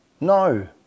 No